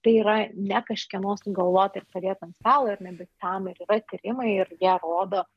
tai yra ne kažkieno sugalvota ir padėta ant stalo ir ne bet tam ir yra tyrimai ir jie rodo